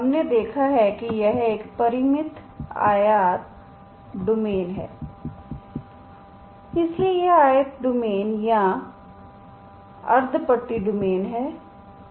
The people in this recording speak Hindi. हमने देखा है कि यह एक परिमित आयत डोमेन है इसलिए यह आयत डोमेन या अर्ध पट्टी डोमेन है